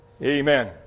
Amen